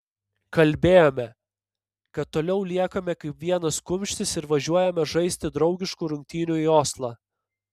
kalbėjome kad toliau liekame kaip vienas kumštis ir važiuojame žaisti draugiškų rungtynių į oslą